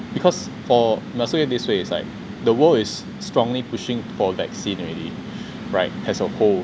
because for must put it this way it's like the world is strongly pushing for vaccine already right as a whole